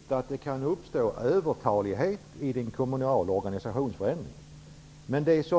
Herr talman! Vi har aldrig bestritt att det kan uppstå övertalighet i den kommunala organisationsförändringen. Men det